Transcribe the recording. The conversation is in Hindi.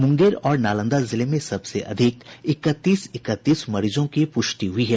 मुंगेर और नालंदा जिले में सबसे अधिक इकतीस इकतीस मरीजों की पुष्टि हुई है